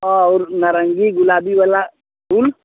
हाँ और नारंगी गुलाबी वाला फूल